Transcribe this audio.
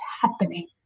happening